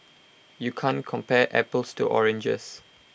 you can't compare apples to oranges